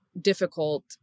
difficult